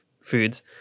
foods